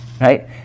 right